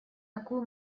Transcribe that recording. такую